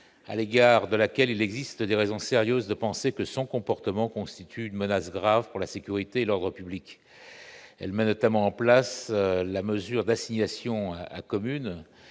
à l'égard de laquelle il existe des raisons sérieuses de penser que son comportement constitue une menace grave pour la sécurité et l'ordre public, elle met notamment en place la mesure d'assignation à communes